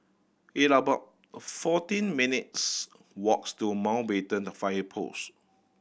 it about fourteen minutes' walks to Mountbatten Fire Post